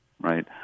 right